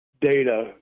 data